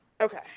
Okay